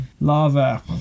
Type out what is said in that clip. Lava